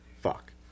fuck